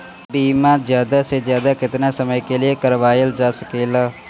बीमा ज्यादा से ज्यादा केतना समय के लिए करवायल जा सकेला?